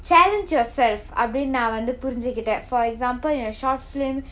challenge yourself அப்படின்னு நான் புரிஞ்சுகிட்டேன்:appadinnu naan purinchukittaen for example in your short film